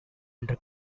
under